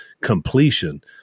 completion